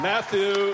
Matthew